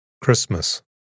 Christmas